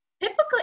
Typically